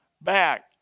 back